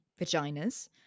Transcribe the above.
vaginas